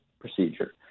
procedure